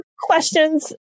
questions